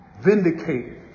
vindicated